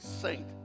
saint